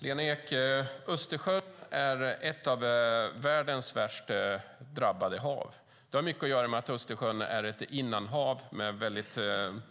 Herr talman! Östersjön är ett av världens värst drabbade hav, Lena Ek. Det har mycket att göra med att Östersjön är ett innanhav med väldigt